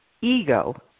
ego